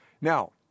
Now